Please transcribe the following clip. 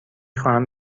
خواهم